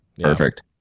Perfect